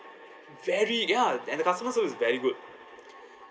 very ya and the customer service is very good